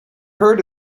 heard